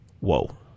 whoa